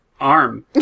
Arm